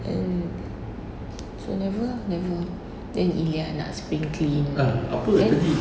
then so never ah never then ilya nak spring clean